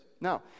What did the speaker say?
Now